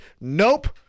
nope